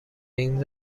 این